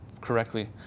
correctly